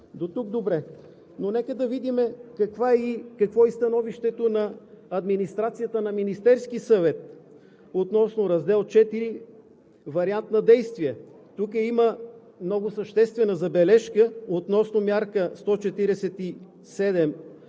но нека да видим какво е становището на администрацията на Министерския съвет относно раздел IV „Вариант на действие“. Тук има много съществена забележка относно Мярка 147